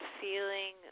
feeling